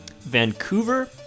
Vancouver